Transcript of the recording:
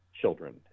children